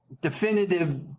definitive